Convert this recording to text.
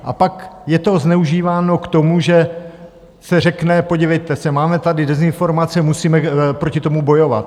A pak je to zneužíváno k tomu, že se řekne, podívejte se, máme tady dezinformace, musíme proti tomu bojovat.